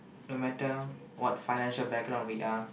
no matter what financial background we are